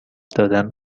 دادن